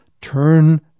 turn